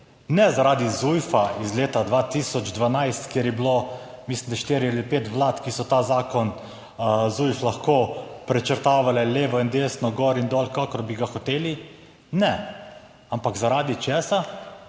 ne zaradi ZUJF-a iz leta 2012, ker je bilo, mislim da štiri ali pet vlad, ki so ta zakon ZUJF lahko prečrtavale levo in desno, gor in dol, kakor bi ga hoteli, ne, ampak zaradi česa?